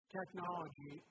technology